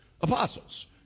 apostles